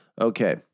Okay